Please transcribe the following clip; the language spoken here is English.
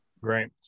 Great